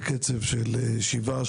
בקצב של שבעה,